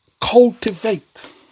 cultivate